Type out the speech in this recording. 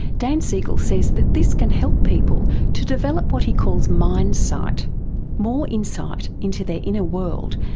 dan siegel says that this can help people to develop what he calls mindsight more insight into their inner world,